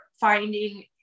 finding